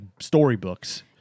storybooks